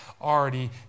already